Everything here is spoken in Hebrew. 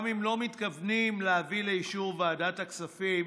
גם אם לא מתכוונים להביא לאישור ועדת הכספים,